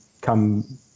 come